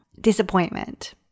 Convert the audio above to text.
disappointment